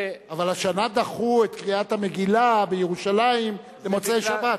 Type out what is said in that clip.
אבל השנה דחו את קריאת המגילה בירושלים למוצאי-שבת.